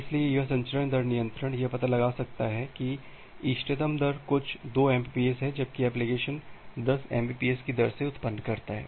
इसलिए यह संचरण दर नियंत्रण यह पता लगा सकता है की इष्टतम दर कुछ 2 एमबीपीएस है जबकि एप्लीकेशन 10 एमबीपीएस की दर से उत्पन्न करता है